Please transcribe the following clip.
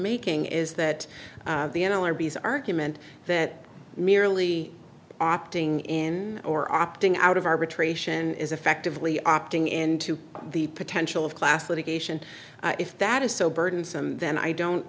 making is that the n l r b is argument that merely opting in or opting out of arbitration is effectively opting into the potential of class litigation if that is so burdensome then i don't